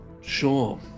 sure